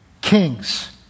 kings